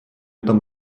там